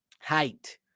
height